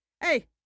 hey